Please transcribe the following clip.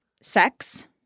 Sex